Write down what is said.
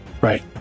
Right